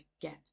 again